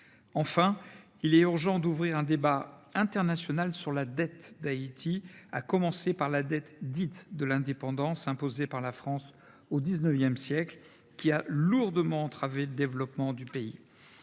Enfin, il est urgent d’ouvrir un débat international sur la dette d’Haïti, à commencer par la dette dite de l’indépendance, imposée par la France au XIX siècle, qui a lourdement entravé le développement du pays.